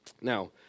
Now